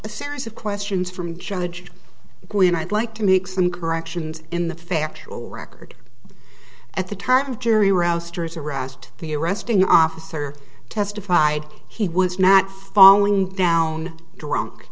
a series of questions from judge when i'd like to make some corrections in the factual record at the time of jury roadsters arrest the arresting officer testified he was not falling down drunk